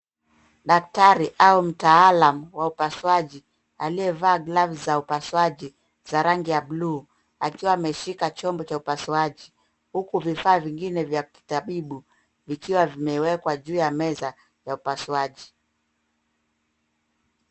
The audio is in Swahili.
Daktari au mtaalamu wa upasuaji, aliyevaa gloves za upasuaji za rangi ya blue , akiwa ameshika chombo cha upasuaji, huku vifaa vingine vya kitabibu, vikiwa vimewekwa juu ya meza ya upasuaji.